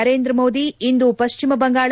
ನರೇಂದ್ರ ಮೋದಿ ಇಂದು ಪಶ್ಚಿಮ ಬಂಗಾಳ